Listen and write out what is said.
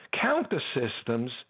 counter-systems